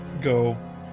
go